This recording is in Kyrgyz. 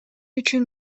үчүн